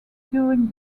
during